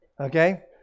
Okay